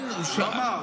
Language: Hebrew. הוא שאל.